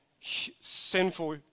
sinful